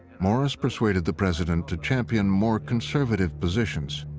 morris persuaded the president to champion more conservative positions.